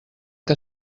que